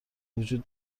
وجود